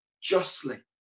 justly